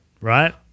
Right